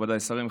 מכובדיי השרים,